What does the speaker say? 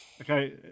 Okay